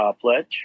Pledge